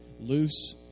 loose